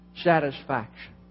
satisfaction